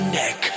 neck